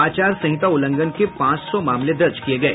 आचार संहिता उल्लंघन के पांच सौ मामले दर्ज किये गये